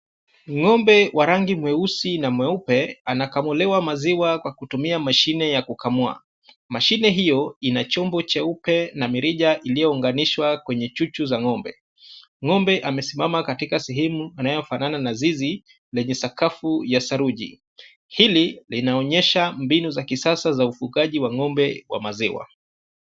Ng'ombe wa rangi mweusi na mweupe anakamuliwa maziwa kwa kutumia mashine ya kukamua, mashine hiyo ina chombo cheupe na mirija iliyounganishwa kwenye chuchu za ng'ombe ,ng'ombe amesimama katika sehemu inayofanana na zizi yenye sakafu ya saruji ,hili linaonyesha mbinu za kisasa za kufuga ng'ombe za maziwa.